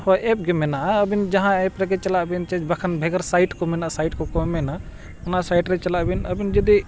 ᱦᱳᱭ ᱮᱯ ᱜᱮ ᱢᱮᱱᱟᱜᱼᱟ ᱟᱵᱤᱱ ᱡᱟᱦᱟᱸ ᱮᱯ ᱨᱮᱜᱮ ᱪᱟᱞᱟᱜ ᱵᱤᱱ ᱥᱮ ᱵᱟᱠᱷᱟᱱ ᱵᱷᱮᱜᱟᱨ ᱥᱟᱭᱤᱴ ᱠᱚ ᱢᱮᱱᱟᱜ ᱥᱟᱭᱤᱴ ᱠᱚᱠᱚ ᱢᱮᱱᱟ ᱚᱱᱟ ᱥᱟᱭᱤᱴ ᱨᱮ ᱪᱟᱞᱟᱜ ᱵᱤᱱ ᱟᱵᱤᱱ ᱡᱩᱫᱤ